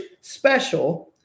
special